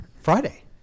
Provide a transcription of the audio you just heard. Friday